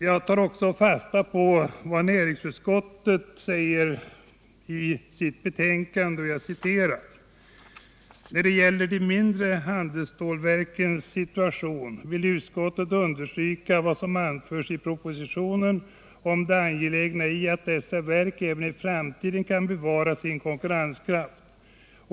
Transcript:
Jag tar också fasta på vad näringsutskottet säger i sitt betänkande, nämligen: ”När det gäller de mindre handelsstålsverkens situation vill utskottet understryka vad som anförs i propositionen om det angelägna i att dessa verk även i framtiden kan bevara sin konkurrenskraft.